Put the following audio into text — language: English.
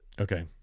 Okay